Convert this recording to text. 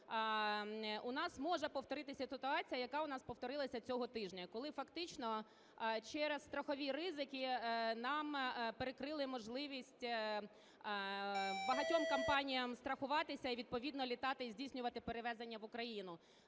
у нас може повторитися ситуація, яка у нас повторилася цього тижня, коли фактично через страхові ризики нам перекрили можливість, багатьом компаніям, страхуватись і відповідно літати і здійснювати перевезення в Україну.